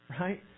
right